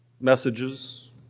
Messages